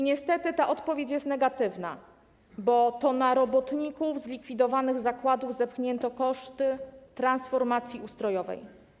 Niestety odpowiedź jest negatywna, bo to na robotników z likwidowanych zakładów zepchnięto koszty transformacji ustrojowej.